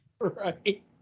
Right